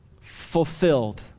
fulfilled